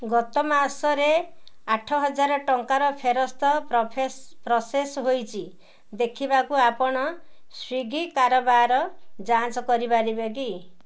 ଗତ ମାସରେ ଆଠହଜାର ଟଙ୍କାର ଫେରସ୍ତ ପ୍ରୋସେସ୍ ହୋଇଛି କି ଦେଖିବାକୁ ଆପଣ ସ୍ଵିଗି କାରବାର ଯାଞ୍ଚ କରିପାରିବେ କି